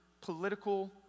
political